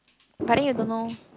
but then you don't know